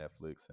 Netflix